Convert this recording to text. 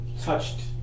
touched